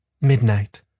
Midnight